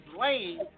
lane